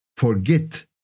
Forget